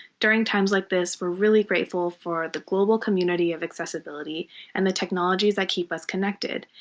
during times like this, we're really grateful for the global community of accessibility and the technologies that keep us connected.